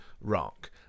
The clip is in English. rock